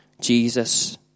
Jesus